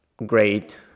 great